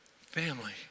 family